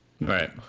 Right